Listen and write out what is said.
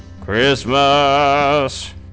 Christmas